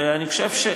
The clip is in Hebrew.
ואני חושב,